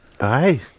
Aye